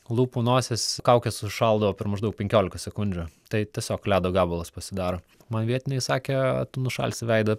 lūpų nosies kaukė sušaldavo per maždaug penkiolika sekundžių tai tiesiog ledo gabalas pasidaro man vietiniai sakė tu nušalsi veidą